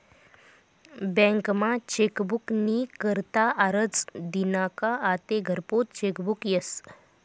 बँकमा चेकबुक नी करता आरजं दिना का आते घरपोच चेकबुक यस